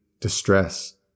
distress